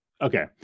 Okay